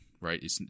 right